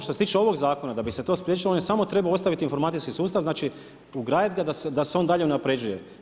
Što se tiče ovog zakona da bi se to spriječilo on je samo trebao ostaviti informacijski sustav, znači ugradit ga da se on dalje unapređuje.